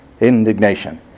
indignation